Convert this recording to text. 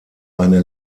eine